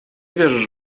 wierzysz